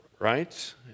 Right